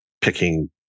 picking